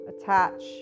attach